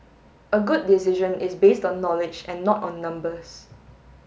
a good decision is based on knowledge and not on numbers